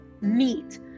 meat